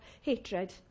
hatred